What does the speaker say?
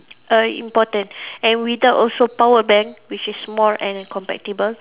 uh important and without also power bank which is small and compatible